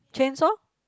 chainsaw